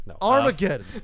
armageddon